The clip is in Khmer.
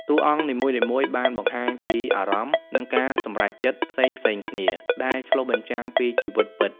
តួអង្គនីមួយៗបានបង្ហាញពីអារម្មណ៍ និងការសម្រេចចិត្តផ្សេងៗគ្នា ដែលឆ្លុះបញ្ចាំងពីជីវិតពិត។